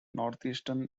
northeastern